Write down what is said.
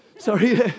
Sorry